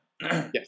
Yes